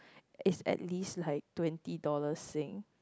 is at least like twenty dollar sing